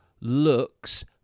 looks